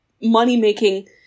money-making